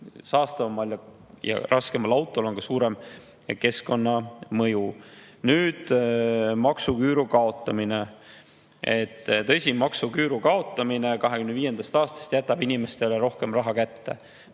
saastavamal ja raskemal autol on suurem keskkonnamõju. Nüüd maksuküüru kaotamisest. Tõsi, maksuküüru kaotamine 2025. aastast jätab inimestele rohkem raha kätte.